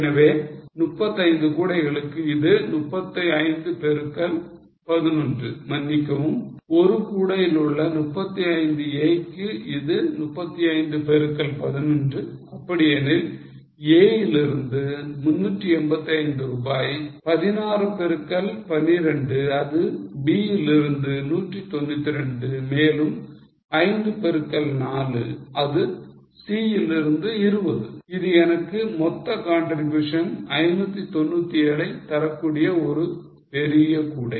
எனவே 35 கூடைகளுக்கு இது 35 பெருக்கல் 11 மன்னிக்கவும் 1 கூடையில் உள்ள 35 a க்கு இது 35 பெருக்கல் 11 அப்படியெனில் A இலிருந்து 385 ரூபாய் 16 பெருக்கல் 12 அது B இலிருந்து 192 மேலும் 5 பெருக்கல் 4 அது C இலிருந்து 20 இது எனக்கு மொத்த contribution 597 ஐ தரக்கூடிய ஒரு பெரிய கூடை